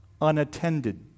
unattended